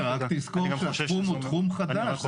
תומר, רק תזכור שהתחום הוא תחום חדש.